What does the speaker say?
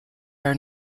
are